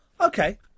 Okay